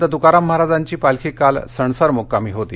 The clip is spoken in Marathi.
संत तुकाराम महाराजांची पालखी काल सणसर मुक्कामी होती